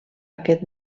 aquest